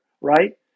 right